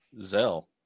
Zell